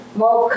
more